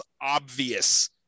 obvious